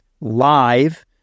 live